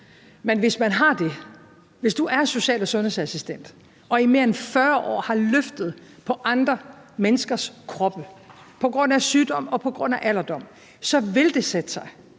men hvis man har det, hvis man er social- og sundhedsassistent og i mere end 40 år har løftet på andre menneskers kroppe på grund af sygdom og på grund af alderdom, så vil det sætte sig.